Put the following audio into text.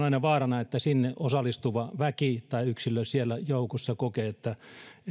aina vaarana että sinne osallistuva väki tai yksilö siellä joukossa kokee että